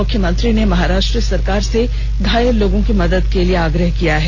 मुख्यमंत्री ने महाराष्ट्र सरकार से घायल लोगों की मदद के लिए आग्रह किया है